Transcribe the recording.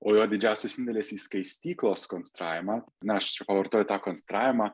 o jo didžiausias indėlis į skaistyklos konstravimą na aš čia pavartojau tą konstravimą